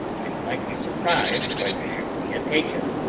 and might be surprised by the ship we had taken,